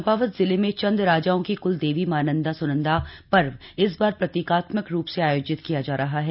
चम्पावत जिले में चन्द राजाओं की क्ल देवी मां नन्दा स्नन्दा पर्व इस बार प्रतीकात्मक रूप से आयोजित किया जा रहा है